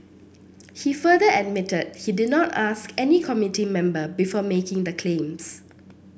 he further admitted he did not ask any committee member before making the claims